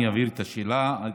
אני אבהיר את הדברים.